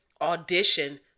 audition